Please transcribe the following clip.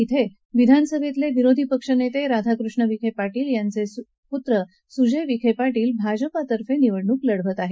क्रे विधानसभेतलें विरोधी पक्षनेते राधाकृष्ण विखे पाटील यांचे पुत्र सुजय विखे पाटील भाजपातर्फे निवडणुक लढवत आहेत